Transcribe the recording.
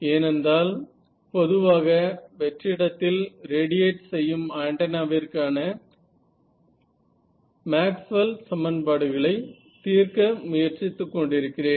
ஏனென்றால் பொதுவாக வெற்றிடத்தில் ரேடியேட் செய்யும் ஆண்டனாவிற்கான மேக்ஸ்வெல் சமன்பாடுகளை தீர்க்க முயற்சித்துக் கொண்டிருக்கிறேன்